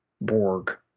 Borg